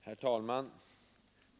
Herr talman!